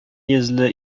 йөзле